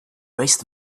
raised